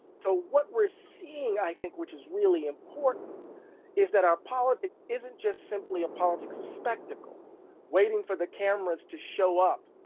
so what we're seeing, i think, which is really important is that our politics isn't just simply a politics of spectacle waiting for the cameras to show up,